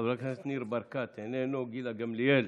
ח"כ ניר ברקת, איננו, גילה גמליאל,